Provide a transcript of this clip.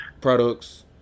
products